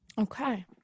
Okay